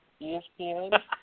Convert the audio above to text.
ESPN